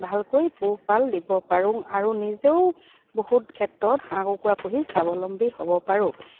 ভালকৈ পোহপাল দিব পাৰোঁ আৰু নিজেও বহুত ক্ষেত্ৰত হাঁহ কুকুৰা পুহি স্বাৱলম্বী হ'ব পাৰোঁ